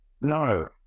No